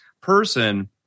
person